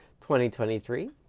2023